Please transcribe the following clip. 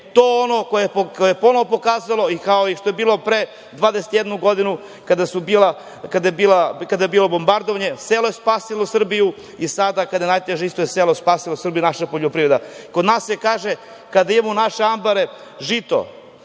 to ono što je ponovo pokazalo i kao što je bilo pre 21 godinu kada je bilo bombardovanje, selo je spasilo Srbiju i sada kada je najteže isto je selo spasilo Srbiju i naša poljoprivreda. Kod nas se kaže, kada imamo naše ambare, žito,